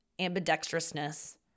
ambidextrousness